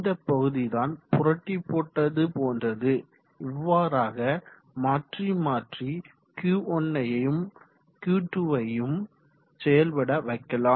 இந்த பகுதிதான் புரட்டி போட்டது போன்றது இவ்வாறாக மாற்றி மாற்றி Q1யையும் Q2யையும் செயல்பட வைக்கலாம்